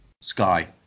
Sky